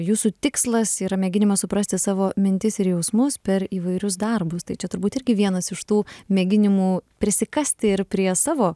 jūsų tikslas yra mėginimas suprasti savo mintis ir jausmus per įvairius darbus tai čia turbūt irgi vienas iš tų mėginimų prisikasti ir prie savo